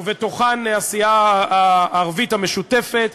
ובתוכן הסיעה הערבית המשותפת,